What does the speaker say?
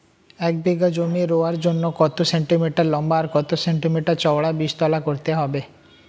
এক বিঘা জমি রোয়ার জন্য কত সেন্টিমিটার লম্বা আর কত সেন্টিমিটার চওড়া বীজতলা করতে হবে?